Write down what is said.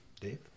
Dave